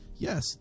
Yes